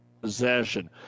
possession